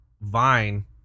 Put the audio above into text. vine